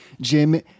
Jim